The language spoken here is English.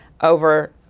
over